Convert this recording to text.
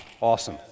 Awesome